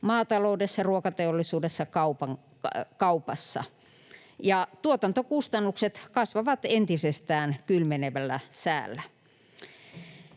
maataloudessa, ruokateollisuudessa ja kaupassa. Ja tuotantokustannukset kasvavat entisestään kylmenevällä säällä.